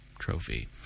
trophy